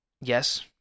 yes